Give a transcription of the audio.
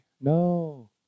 No